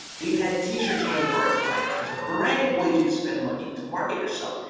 we've had t-shirts done for our clients. there's a variety of ways you can spend money to market yourself,